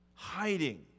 hiding